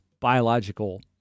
biological